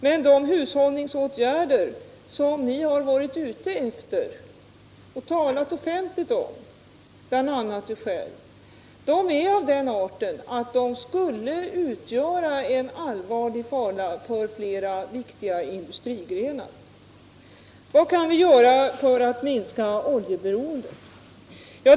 Men de hushållningsåtgärder som ni har varit ute efter och talat offentligt om, även du själv, är av den arten att de skulle utgöra en allvarlig fara för flera viktiga industrigrenar. Vad kan vi göra för att minska oljeberoendet?